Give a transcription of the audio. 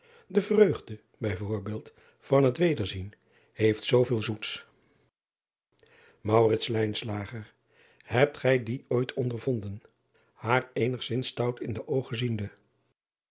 e vreugde bij voorbeeld van het wederzien heeft zooveel zoets ebt gij die ooit ondervonden haar eenigzins stout in de oogen ziende